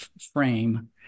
frame